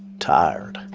tired.